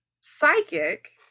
psychic